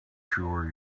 sure